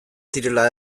direla